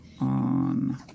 on